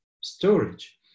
storage